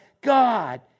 God